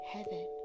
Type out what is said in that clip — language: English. Heaven